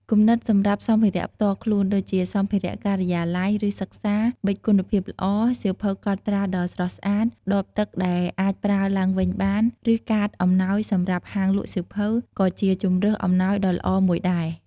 គំនិតសម្រាប់សម្ភារៈផ្ទាល់ខ្លួន ដូចជា សម្ភារៈការិយាល័យ ឬសិក្សា ប៊ិចគុណភាពល្អ សៀវភៅកត់ត្រាដ៏ស្រស់ស្អាត ដបទឹកដែលអាចប្រើឡើងវិញបាន ឬកាតអំណោយសម្រាប់ហាងលក់សៀវភៅ ក៏ជាជម្រើសអំណោយដ៏ល្អមួយដែរ។